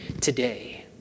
today